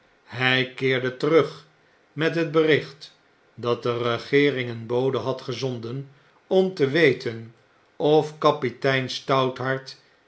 hij keercfe terug met het berichtdatde regeering een bode had gezonden om te weten of kapitein stouthart